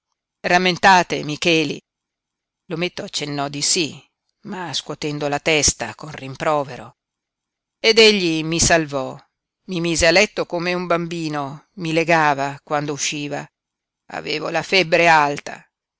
rammentate micheli l'ometto accennò di sí ma scuotendo la testa con rimprovero ed egli mi salvò mi mise a letto come un bambino mi legava quando usciva avevo la febbre alta